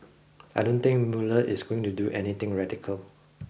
I don't think Mueller is going to do anything radical